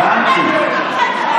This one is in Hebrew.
חברת הכנסת גולן, מה קרה?